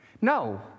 No